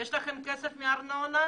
יש לכם כסף מארנונה,